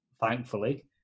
thankfully